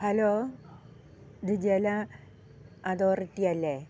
hello ഇത് ജല authority അല്ലേ